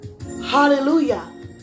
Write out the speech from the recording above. Hallelujah